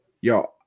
Yo